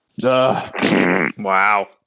Wow